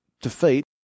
defeat